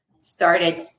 started